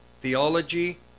Theology